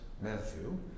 Matthew